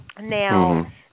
Now